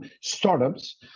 startups